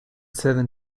seven